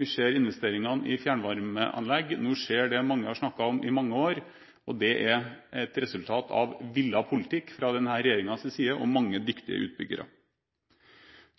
vi ser investeringene i fjernvarmeanlegg. Nå skjer det mange har snakket om i mange år, og det er et resultat av villet politikk fra denne regjeringens side og av mange dyktige utbyggere.